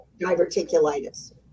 diverticulitis